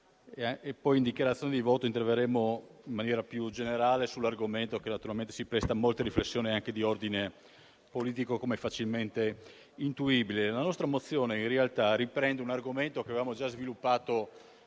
in dichiarazione di voto in maniera più generale sull'argomento che si presta a molte riflessioni, anche di ordine politico, come è facilmente intuibile. La nostra mozione, in realtà, riprende un argomento che avevamo già sviluppato quasi